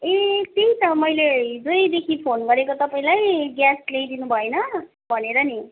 ए त्यही त मैले हिजैदेखि फोन गरेको तपाईँलाई ग्यास ल्याइदिनु भएन भनेर नि